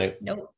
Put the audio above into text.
Nope